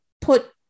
put